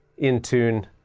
in tune,